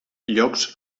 llocs